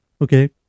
okay